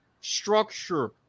structure